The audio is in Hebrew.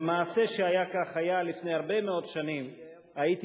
ומעשה שהיה כך היה: לפני הרבה מאוד שנים הייתי